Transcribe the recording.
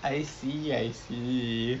I see I see